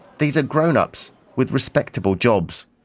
these are grownups with respectable jobs.